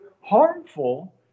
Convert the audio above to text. harmful